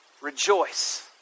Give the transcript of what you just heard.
rejoice